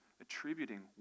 attributing